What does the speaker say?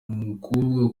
mukobwa